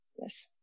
Yes